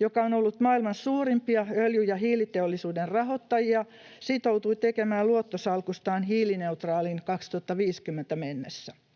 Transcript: joka on ollut maailman suurimpia öljy- ja hiiliteollisuuden rahoittajia, sitoutui tekemään luottosalkustaan hiilineutraalin vuoteen 2050 mennessä.